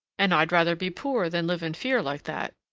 and i'd rather be poor than live in fear like that.